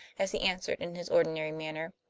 as he answered in his ordinary manner.